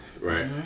Right